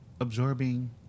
absorbing